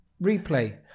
replay